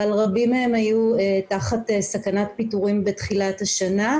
אבל רבים מהם היו תחת סכנת פיטורין בתחילת השנה,